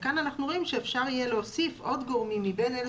כאן אנחנו רואים שאפשר יהיה להוסיף עוד גורמים מבין אלה